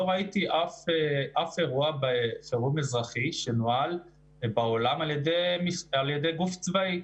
לא ראיתי אף אירוע בפורום אזרחי שנוהל בעולם על ידי גוף צבאי.